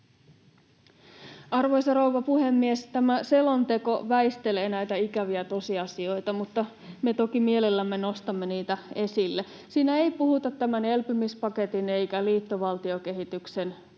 Arvoisa rouva puhemies! Tämä selonteko väistelee ikäviä tosiasioita, mutta me toki mielellämme nostamme niitä esille. Siinä ei puhuta tämän elpymispaketin eikä liittovaltiokehityksen vaikutuksista.